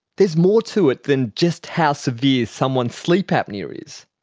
there's more to it than just how severe someone's sleep apnoea is.